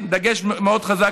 בדגש מאוד חזק,